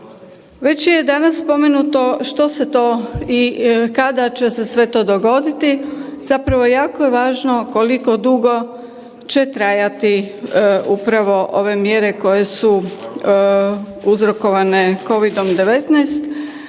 Već je danas spomenuto što se to i kada će se sve to dogoditi. Zapravo jako je važno koliko dugo će trajati upravo ove mjere koje su uzrokovane Covidom-19.